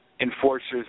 enforcers